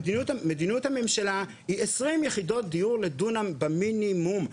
מדיניות הממשלה היא עשרים יחידות דיור לדונם במינימום.